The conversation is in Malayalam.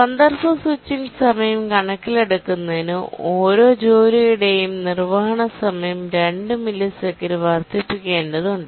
കോണ്ടെസ്റ് സ്വിച്ചിംഗ് സമയം കണക്കിലെടുക്കുന്നതിന് ഓരോ ജോലിയുടെയും നിർവ്വഹണ സമയം 2 മില്ലിസെക്കൻഡ് വർദ്ധിപ്പിക്കേണ്ടതുണ്ട്